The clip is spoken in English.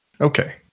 Okay